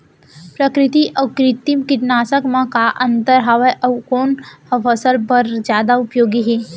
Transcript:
प्राकृतिक अऊ कृत्रिम कीटनाशक मा का अन्तर हावे अऊ कोन ह फसल बर जादा उपयोगी हे?